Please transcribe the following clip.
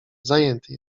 zajęty